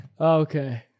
Okay